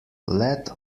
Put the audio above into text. let